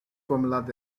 formulation